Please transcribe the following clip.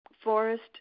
forest